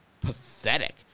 pathetic